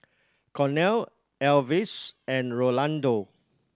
Cornel Alvis and Rolando